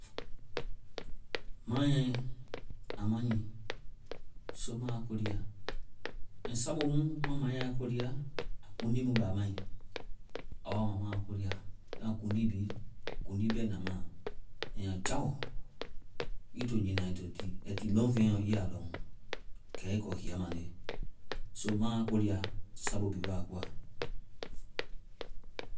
Manyae, a ma nyii. So ma a ko lia. Ɛŋ sabu mu ma manyae a ko lia, a kundiiɛ wa komu bɛ a mae. A wa ma, maa ko lia. Bɛma kundii bi, kundii bɛna ma. Ɛŋ a jao. Ii to nyiina ai to ti-lɔŋfeŋ lɔŋ. Kɛ a ii kɔ kia mande. so maa ko lia sabu bi wa koa.